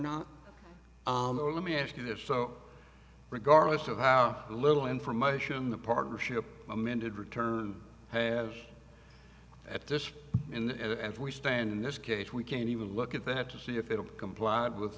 not or let me ask you this so regardless of how little information the partnership amended return have at this and as we stand in this case we can even look at that to see if it complied with